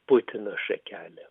putino šakelę